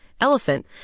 elephant